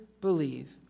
believe